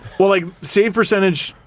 well like save percentage,